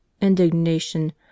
indignation